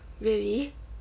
really